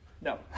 No